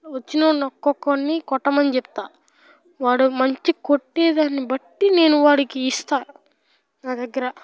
వచ్చిన వాడిని ఒక్కక్కరిని కొట్టమని చెప్తా వాడు మంచిగా కొట్టే దాన్నిబట్టి నేను వాడికి ఇస్తాను నా దగ్గర